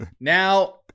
now